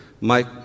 Mike